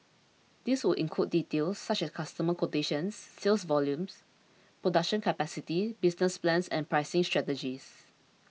this would include details such as customer quotations sales volumes production capacities business plans and pricing strategies